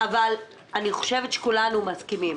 אבל אני חושבת שכולנו מסכימים.